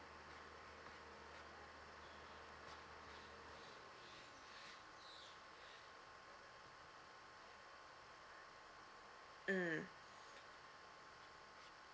mm